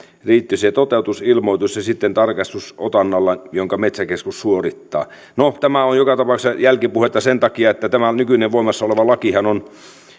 riitti se toteutusilmoitus ja sitten tarkastus otannalla jonka metsäkeskus suorittaa no tämä on joka tapauksessa jälkipuhetta sen takia että tämä nykyinen voimassa oleva lakihan on